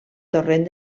torrent